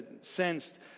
sensed